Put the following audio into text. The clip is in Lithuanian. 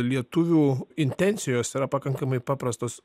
lietuvių intencijos yra pakankamai paprastos